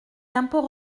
d’impôt